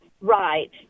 Right